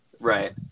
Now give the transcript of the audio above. Right